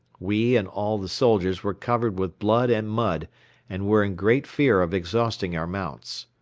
we and all the soldiers were covered with blood and mud and were in great fear of exhausting our mounts.